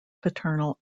paternal